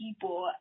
people